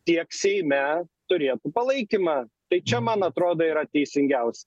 tiek seime turėtų palaikymą tai čia man atrodo yra teisingiaus